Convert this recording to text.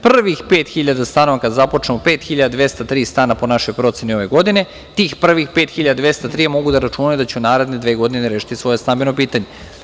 Prvih pet hiljada stanova kada započnemo 5203, stana, po našoj proceni ove godine, tih prvih 5203 mogu da računaju da će u naredne dve godine rešiti svoje stambeno pitanje.